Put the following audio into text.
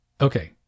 Okay